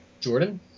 Jordan